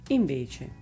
invece